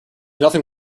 nothing